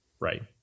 Right